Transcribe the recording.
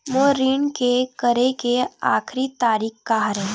मोर ऋण के करे के आखिरी तारीक का हरे?